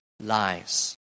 lies